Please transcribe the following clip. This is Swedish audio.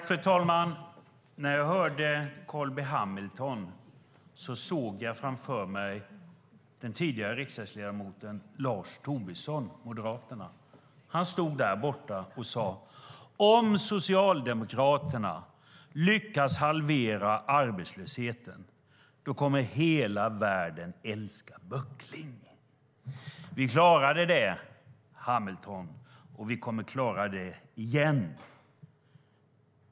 Fru talman! När jag hörde Carl B Hamilton såg jag framför mig den tidigare riksdagsledamoten Lars Tobisson från Moderaterna. Han stod här i kammaren och sade: Om Socialdemokraterna lyckas halvera arbetslösheten kommer hela världen att älska böckling. Vi klarade det, Hamilton, och vi kommer att klara det igen.